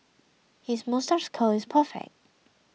his moustache curl is perfect